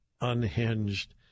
unhinged